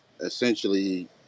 essentially